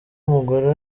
umugore